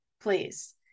Please